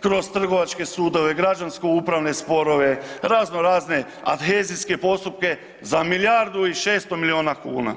kroz trgovačke sudove, građansko upravne sporove, razno razne adhezijske postupke za milijardu i 600 milijuna kuna.